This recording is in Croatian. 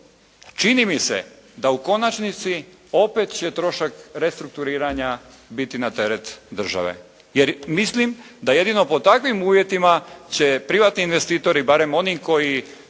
Čini mi se da u konačnici opet će trošak restrukturiranja biti na teret države. Jer mislim da jedino pod takvim uvjetima će privatni investitori, barem oni koji,